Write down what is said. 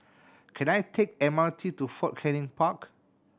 can I take M R T to Fort Canning Park